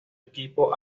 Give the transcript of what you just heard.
equipo